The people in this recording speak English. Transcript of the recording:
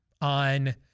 on